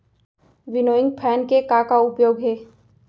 Winnowing fan के का का उपयोग हे?